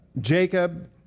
Jacob